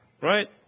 Right